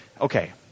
Okay